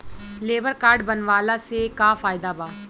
Labour card बनवाला से का फायदा बा?